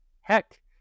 Heck